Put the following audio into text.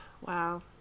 wow